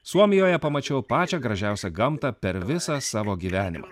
suomijoje pamačiau pačią gražiausią gamtą per visą savo gyvenimą